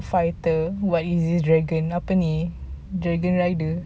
fighter what is this dragon apa ini dragon rider